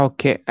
Okay